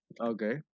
Okay